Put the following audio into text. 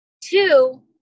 two